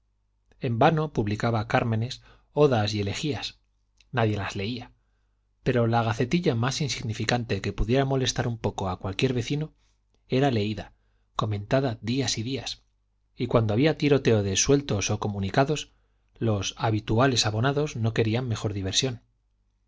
en vano publicaba cármenes odas y elegías nadie las leía pero la gacetilla más insignificante que pudiera molestar un poco a cualquier vecino era leída comentada días y días y cuando había tiroteo de sueltos o comunicados los habituales abonados no querían mejor diversión